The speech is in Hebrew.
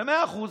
במאה אחוז.